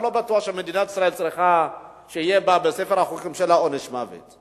אני לא בטוח שמדינת ישראל צריכה שבספר החוקים שלה יהיה עונש מוות.